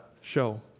show